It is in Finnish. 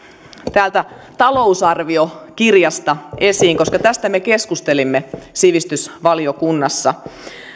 täältä talousarviokirjasta esiin koska tästä me keskustelimme sivistysvaliokunnassa